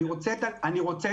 אני רוצה את הנוסחה,